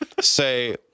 say